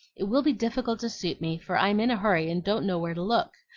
it will be difficult to suit me, for i'm in a hurry and don't know where to look,